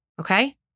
okay